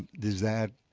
does that